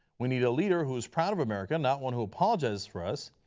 we need a leader who is proud of america, not one who apologizes for us.